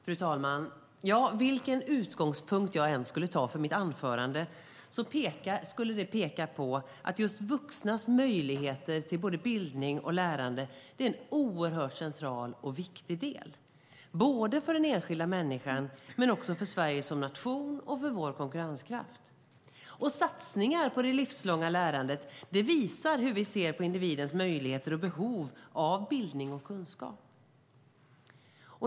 Fru talman! Vilken utgångspunkt jag än skulle ta för mitt anförande skulle det peka på att just vuxnas möjligheter till bildning och lärande är en oerhört central och viktig del, både för den enskilda människan och för Sverige som nation och för vår konkurrenskraft. Satsningar på det livslånga lärandet visar hur vi ser på individens möjligheter och behov av bildning och kunskap.